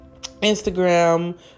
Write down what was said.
instagram